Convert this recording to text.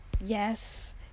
yes